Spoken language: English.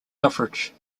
suffrage